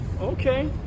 Okay